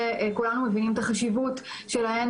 בוקר טוב, אנחנו ממשיכים בסדר-יומה של הוועדה.